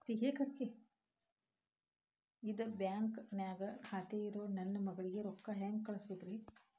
ಇದ ಬ್ಯಾಂಕ್ ನ್ಯಾಗ್ ಖಾತೆ ಇರೋ ನನ್ನ ಮಗಳಿಗೆ ರೊಕ್ಕ ಹೆಂಗ್ ಕಳಸಬೇಕ್ರಿ?